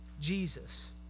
Jesus